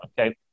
Okay